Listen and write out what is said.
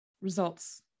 results